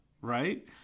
right